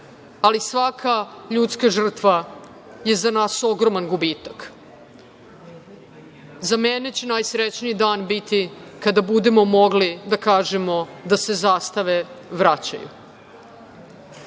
ali svaka ljudska žrtva je za nas ogroman gubitak. Za mene će najsrećniji dan biti kada budemo mogli da kažemo da se zastave vraćaju. Konačno,